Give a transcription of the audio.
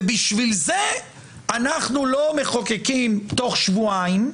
ובשביל זה אנחנו לא מחוקקים תוך שבועיים,